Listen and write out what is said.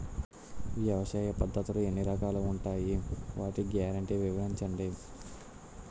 వ్యవసాయ పద్ధతులు ఎన్ని రకాలు ఉంటాయి? వాటి గ్యారంటీ వివరించండి?